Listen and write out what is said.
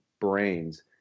brains